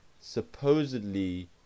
supposedly